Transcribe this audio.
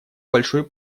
большой